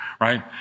right